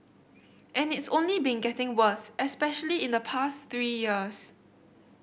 and it's only been getting worse especially in the past three years